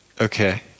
Okay